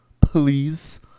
please